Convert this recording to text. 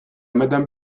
madame